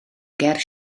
ger